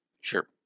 Sure